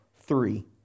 three